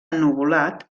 ennuvolat